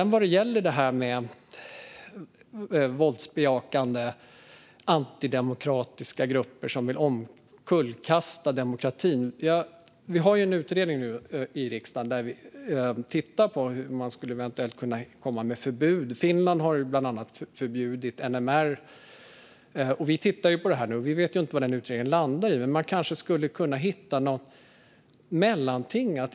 När det gäller våldsbejakande antidemokratiska grupper som vill omkullkasta demokratin har vi nu en utredning i riksdagen om hur ett förbud eventuellt skulle kunna införas. Finland har förbjudit bland annat NMR. Vi tittar på detta nu, och vi vet inte vad utredningen kommer att landa i. Men det kanske skulle vara möjligt att hitta något mellanting.